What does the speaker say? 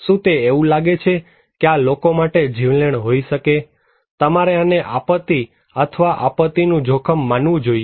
શું તે એવું લાગે છે કે આ લોકો માટે જીવલેણ હોઈ શકે છે તમારે આને આપત્તિ અથવા આપત્તિનું જોખમ માનવું જોઈએ